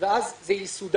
יובא לכנסת ואז זה יסודר.